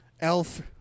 elf